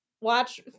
watch